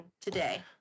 today